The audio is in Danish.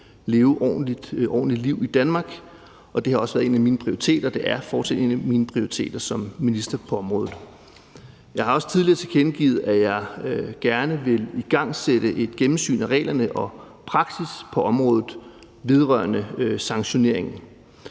leve et ordentligt liv i Danmark, og det har også været en af mine prioriteter, og det er fortsat en af mine prioriteter som minister på området. Jeg har også tidligere tilkendegivet, at jeg gerne vil igangsætte et gennemsyn af reglerne og praksis på området vedrørende sanktionering.